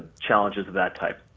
challenges of that type?